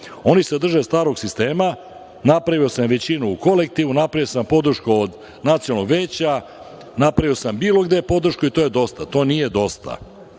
Oni se drže starog sistema - napravio sam većinu u kolektivu, napravio sam podršku od nacionalnog veća, napravio sam bilo gde podršku i to je dosta. To nije dosta.